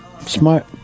smart